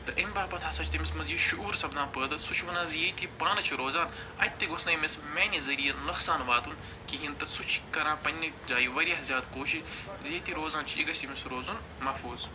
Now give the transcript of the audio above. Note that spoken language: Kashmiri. تہٕ اَمہِ باپتھ ہسا چھِ تٔمِس منٛز یہِ شعوٗر سپدان پٲدٕ سُہ چھُ وَنان زِ یِتہِ پانہٕ چھُ روزان اَتہِ گوٚژھ نہٕ أمِس میٛانہِ ذریعہ نۄقصان واتُن کِہیٖنۍ تہٕ سُہ چھِ کَران پنٛنہِ جایہِ وارِیاہ زیادٕ کوٗشش زِ ییٚتہِ یہِ روزان چھِ یہِ گَژھِ ییٚمِس روزُن محفوٗظ